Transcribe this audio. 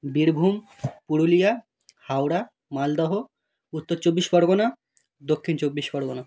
Birbhum Purulia Howrah Malda Uttar Chabbis Pargana Dakshin Chabbis Pargana